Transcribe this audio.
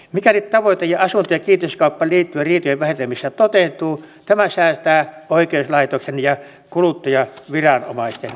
mikäli tavoite asunto ja kiinteistökauppaan liittyvien riitojen vähentämisestä toteutuu tämä säästää oikeuslaitoksen ja kuluttajaviranomaisten resursseja